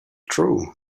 true